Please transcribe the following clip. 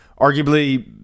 arguably